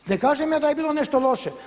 Ne kažem ja da je bilo nešto loše.